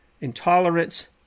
intolerance